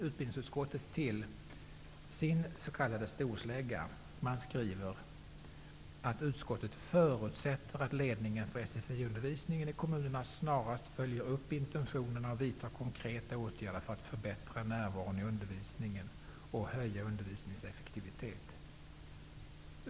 Utbildningsutskottet tar då till sin s.k. storslägga genom att skriva att utskottet förutsätter att ledningen för SFI-undervisningen i kommunerna snarast följer upp intentionerna och vidtar konkreta åtgärder för att förbättra närvaron i undervisningen och höjer undervisningens effektivitet.